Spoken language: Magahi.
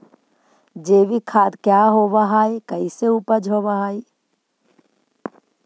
जैविक खाद क्या होब हाय कैसे उपज हो ब्हाय?